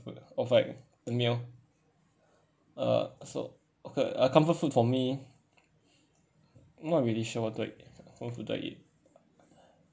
food of like a meal uh so okay uh comfort food for me not really sure what do I comfort food I eat